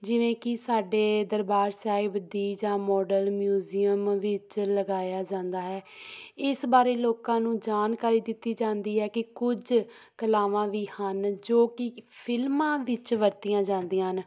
ਜਿਵੇਂ ਕਿ ਸਾਡੇ ਦਰਬਾਰ ਸਾਹਿਬ ਦੀ ਜਾਂ ਮਾਡਲ ਮਿਊਜ਼ੀਅਮ ਵਿੱਚ ਲਗਾਇਆ ਜਾਂਦਾ ਹੈ ਇਸ ਬਾਰੇ ਲੋਕਾਂ ਨੂੰ ਜਾਣਕਾਰੀ ਦਿੱਤੀ ਜਾਂਦੀ ਹੈ ਕਿ ਕੁਝ ਕਲਾਵਾਂ ਵੀ ਹਨ ਜੋ ਕਿ ਫਿਲਮਾਂ ਵਿੱਚ ਵਰਤੀਆਂ ਜਾਂਦੀਆਂ ਹਨ